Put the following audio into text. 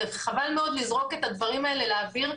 וחבל מאוד לזרוק את הדברים האלה לאוויר.